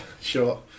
Sure